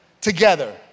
together